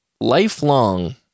lifelong